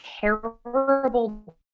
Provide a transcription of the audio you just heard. terrible